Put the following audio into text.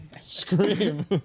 Scream